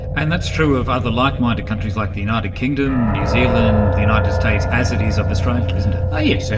and that's true of other like-minded countries like the united kingdom, new zealand, the united states, as it is of australia, isn't it. yes, so